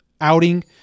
outing